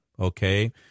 Okay